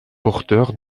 porteur